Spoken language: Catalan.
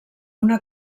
una